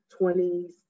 20s